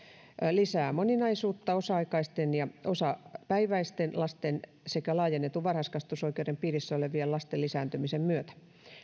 lisää moninaisuutta osa aikaisten ja osapäiväisten lasten sekä laajennetun varhaiskasvatusoikeuden piirissä olevien lasten lisääntymisen myötä